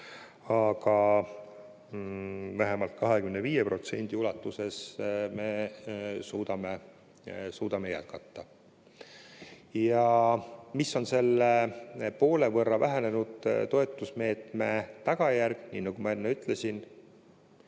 aga vähemalt 25% ulatuses me suudame jätkata. Mis on selle poole võrra vähenenud toetusmeetme tagajärg, nii nagu ma enne ütlesin,